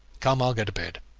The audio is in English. come, i'll go to bed.